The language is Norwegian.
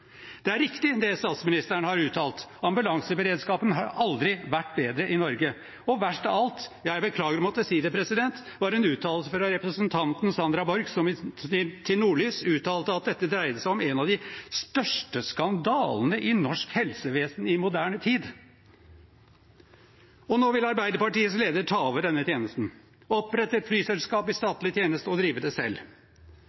Det er riktig, det statsministeren har uttalt: Ambulanseberedskapen har aldri vært bedre i Norge. Verst av alt – jeg beklager å måtte si det – var en uttalelse fra representanten Sandra Borch, som til Nordlys uttalte at dette dreide seg om en av de største skandalene i norsk helsevesen i moderne tid. Nå vil Arbeiderpartiets leder ta over denne tjenesten – opprette et flyselskap i